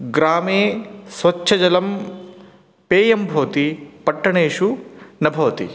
ग्रामे स्वच्छजलं पेयं भवति पट्टणेषु न भवति